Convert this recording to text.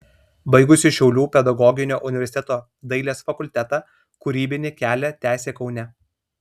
baigusi šiaulių pedagoginio universiteto dailės fakultetą kūrybinį kelią tęsė kaune